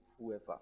whoever